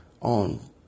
on